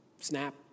snap